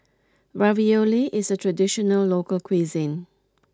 Ravioli is a traditional local cuisine